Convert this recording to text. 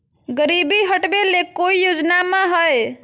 गरीबी हटबे ले कोई योजनामा हय?